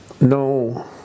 no